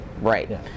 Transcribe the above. Right